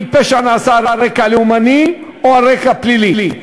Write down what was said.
אם פשע נעשה על רקע לאומני או על רקע פלילי.